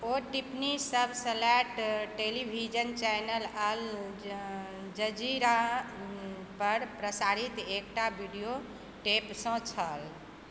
ओ टिप्पणी सभ satellite television channel Al Jazeera पर प्रसारित एकटा वीडियो टेपसँ छल